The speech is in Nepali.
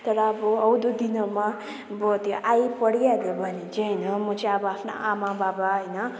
तर अब आउँदो दिनहरूमा अब त्यो आइपरिहाल्यो ने चाहिँ होइन म चाहिँ अब आफ्नो आमा बाबा होइन